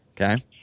Okay